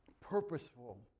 purposeful